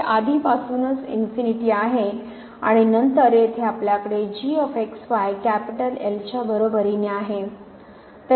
हे आधीपासूनच इन्फिनीटीआहे आणि नंतर येथे आपल्याकडे g x y L च्या बरोबरीने आहे